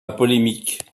polémique